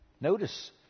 Notice